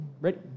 ready